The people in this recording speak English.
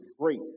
great